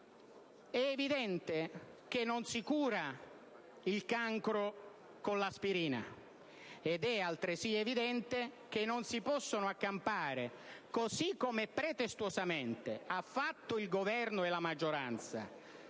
È evidente che non si cura il cancro con l'aspirina ed è altresì evidente che non si possono accampare, così come pretestuosamente hanno fatto il Governo, la maggioranza